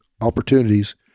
opportunities